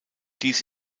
dies